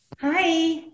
Hi